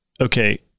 Okay